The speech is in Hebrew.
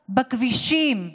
בכבישים.